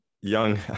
young